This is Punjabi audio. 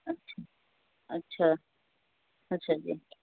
ਅੱਛਾ ਅੱਛਾ ਅੱਛਾ ਜੀ